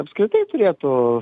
apskritai turėtų